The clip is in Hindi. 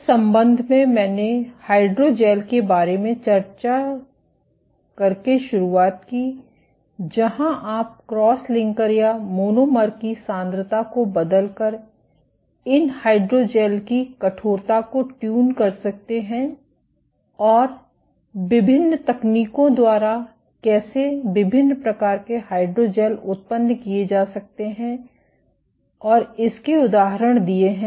उस संबंध में मैंने हाइड्रोजेल के बारे में चर्चा करके शुरुआत की जहां आप क्रॉस लिंकर या मोनोमर की सांद्रता को बदलकर इन हाइड्रोजेल की कठोरता को ट्यून कर सकते हैं और विभिन्न तकनीकों द्वारा कैसे विभिन्न प्रकार के हाइड्रोजेल उत्पन्न किए जा सकते हैं और इसके उदाहरण दिए हैं